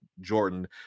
Jordan